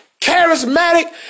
charismatic